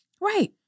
right